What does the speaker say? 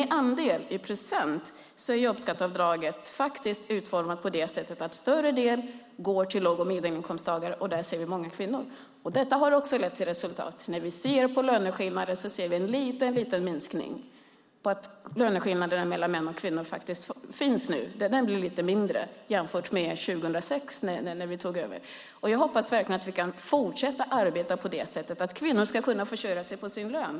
I andel och procent är dock jobbskatteavdraget utformat så att större delen går till låg och inkomsttagare, och där har vi många kvinnor. Det har gett resultat. Tittar vi på löneskillnaden ser vi en liten minskning mellan män och kvinnor jämfört med 2006 när vi tog över, och jag hoppas att vi kan arbeta vidare för att kvinnor ska kunna försörja sig på sin lön.